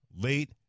late